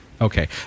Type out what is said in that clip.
Okay